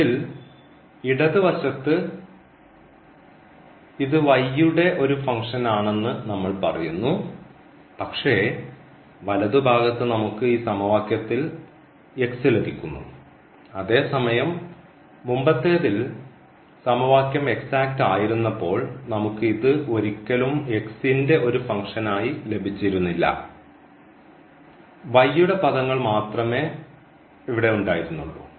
ഇതിൽ ഇടത് വശത്ത് ഇത് യുടെ ഒരു ഫംഗ്ഷനാണെന്ന് നമ്മൾ പറയുന്നു പക്ഷേ വലതുഭാഗത്ത് നമുക്ക് ഈ സമവാക്യത്തിൽ ലഭിക്കുന്നു അതേസമയം മുമ്പത്തെതിൽ സമവാക്യം എക്സാക്റ്റ് ആയിരുന്നപ്പോൾ നമുക്ക് ഇത് ഒരിക്കലും ന്റെ ഒരു ഫംഗ്ഷനായി ലഭിച്ചിരുന്നില്ല യുടെ പദങ്ങൾ മാത്രമേ ഇവിടെ ഉണ്ടായിരുന്നുള്ളൂ